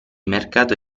mercato